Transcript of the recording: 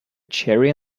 cherry